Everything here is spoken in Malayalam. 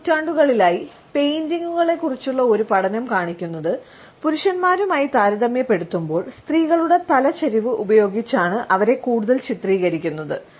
കഴിഞ്ഞ നൂറ്റാണ്ടുകളായി പെയിന്റിംഗുകളെക്കുറിച്ചുള്ള ഒരു പഠനം കാണിക്കുന്നത് പുരുഷന്മാരുമായി താരതമ്യപ്പെടുത്തുമ്പോൾ സ്ത്രീകളുടെ തല ചരിവ് ഉപയോഗിച്ചാണ് അവരെ കൂടുതൽ ചിത്രീകരിക്കുന്നത്